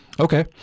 Okay